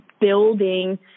building